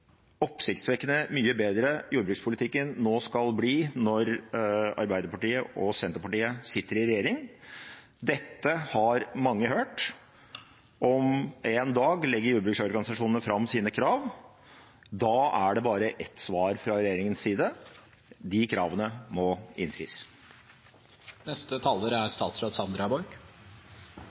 oppsiktsvekkende mye bedre jordbrukspolitikken skal bli, nå når Arbeiderpartiet og Senterpartiet sitter i regjering. Dette har mange hørt. Om en dag legger jordbruksorganisasjonene fram sine krav. Da kan det bare være ett svar fra regjeringens side: De kravene må innfris. Det er